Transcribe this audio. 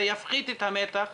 זה יפחית את המתח